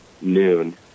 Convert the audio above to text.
noon